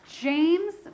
James